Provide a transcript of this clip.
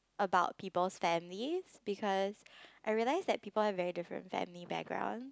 about people's families because I realised that people have very different family background